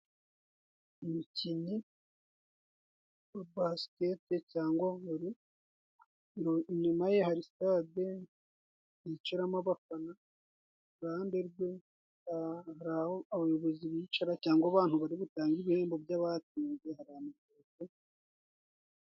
Umukinnyi wa basikete cyangwa vole, inyuma ye hari sitade yicaramo abafana, iruhande rwe hari aho abayobozi bicara, cyangwa abantu bari butange ibihembo by'abatsinze baba bari.